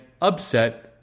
upset